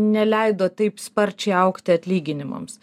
neleido taip sparčiai augti atlyginimams